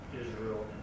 Israel